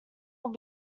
will